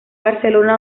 barcelona